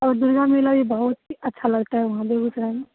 और दुर्गा मेला भी बहुत ही अच्छा लगता है वहाँ बेगूसराय में